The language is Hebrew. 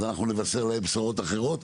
אנחנו נבשר להם בשורות אחרות.